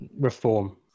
reform